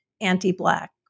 anti-Black